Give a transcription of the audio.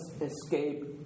Escape